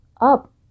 up